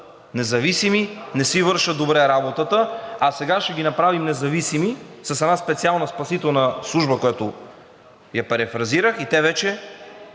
независими, не си вършат добре работата, а сега ще ги направим независими с една специална спасителна служба, която я перифразирах, и те вече